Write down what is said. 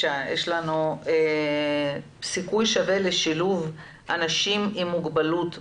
העמותה לסיכוי שווה לשילוב אנשים עם מוגבלות בעבודה,